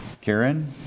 Karen